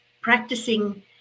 practicing